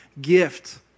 gift